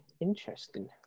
Interesting